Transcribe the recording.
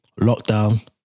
Lockdown